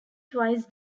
twice